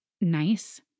nice